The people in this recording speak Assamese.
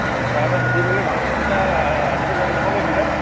চাৰহঁতক সুধি মেলি ভালকে দুইটা আজিতো লগ নাপালোৱেই দুইটা